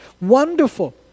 wonderful